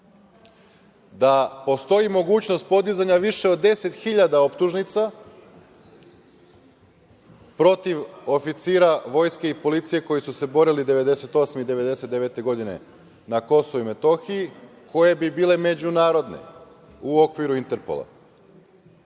da postoji mogućnost podizanja više od 10 hiljada optužnica protiv oficira Vojske i policije koji su se borili 1998. i 1999. godine na Kosovu i Metohiji, a koje bi bile međunarodne u okviru Interpola. Mi